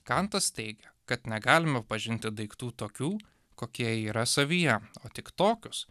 kantas teigia kad negalime pažinti daiktų tokių kokie yra savyje o tik tokius